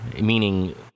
meaning